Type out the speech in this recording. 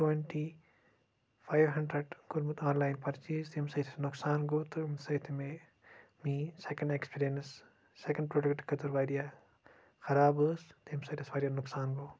twenty five hundred کوٚرمُت online purchase ییٚمہ سۭتۍ اَسہِ نۄقصان گوٚو تہٕ ییٚمہ سۭتۍ میٲنۍ سیٚکَنٛڈ ایٚکٕسپِیرِیَنٕس سیٚکَنٛڈ پروڈَکٹ خٲطرٕ واریاہ خَراب ٲسۍ تمہِ سۭتۍ اَسہِ واریاہ نۄقصان گوٚو